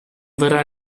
verrà